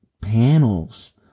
panels